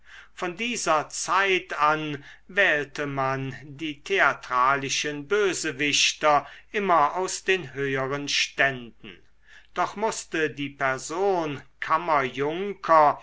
von dieser zeit an wählte man die theatralischen bösewichter immer aus den höheren ständen doch mußte die person